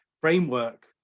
framework